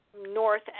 north